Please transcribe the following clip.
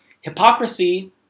Hypocrisy